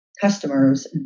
customers